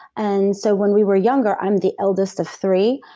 and so when we were younger, i'm the eldest of three,